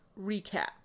recap